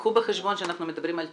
קחו בחשבון שאנחנו מדברים על תשושים,